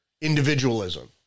individualism